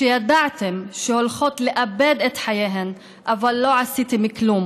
שידעתם שהולכות לאבד את חייהן אבל לא עשיתם כלום,